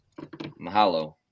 Mahalo